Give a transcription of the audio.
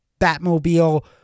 Batmobile